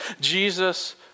Jesus